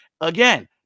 Again